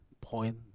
point